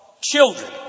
children